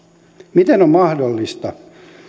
miten on mahdollista